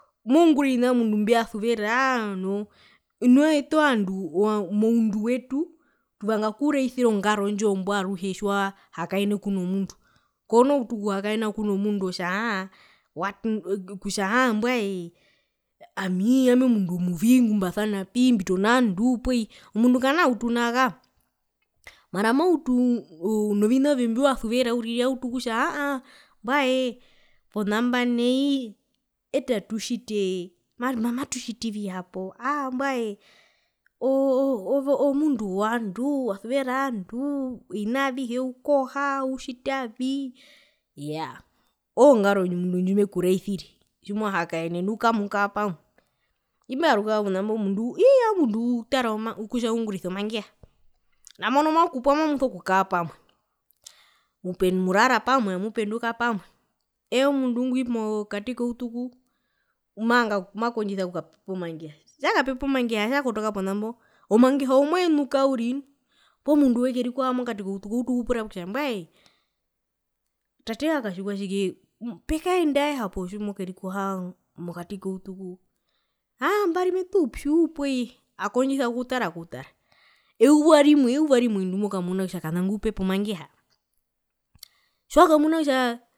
Moungura ovina omundu mbia suveraa noho owete ovandu moundu wetu tuvanga okuraisira ongaro ndjo mbwa aruhe tjiwahakaene kuno mundu kono utu okuhakaena kuno mundu otja aa what otjavii mbwae ami aami omundu omuvii ngumbasanapi mbitona ovanduu poo iye omundu kanautu nao kako mara novina ovembiwasuvera uriri kutjavii mbwae ponamba nai eta tutjitee mama mama tutjitivi hapo aa mbwae oo omundu wovandu wasuvera ovanduu ovina avihe ukoha utjitavii iyaa oongaro omundu ndjimekuraisire mena rokutja kamukara pamwe tjiwaruka ponambo omundu ii omundu utara kutja ungurisa omangeha nambano mayekukara pamwe murara pamwe amupenduka pamwe eye omundu ngwi mokati koutuku manga oku makondjisa okukapepa omangeha tjakapepa omangeha tjakotoka ponambo ove omangeha mweenuka uriri poo wekerikoha mokati koutuku outu okupura kutja mbwae tate wakatjikwatjike pekaendae hapo tjimokerikoha mokati koutuku aa mbari ameto upyu nooye noye akondjisa okutara kutara eyuva rimwe eyuva rimwe ndimokamuna kutja kana ngwi upepa omangeha tjiwakamuna kutja